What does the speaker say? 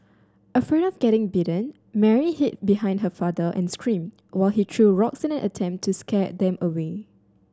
afraid of getting bitten Mary hid behind her father and screamed while he threw rocks in an attempt to scare them away